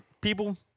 people